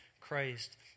Christ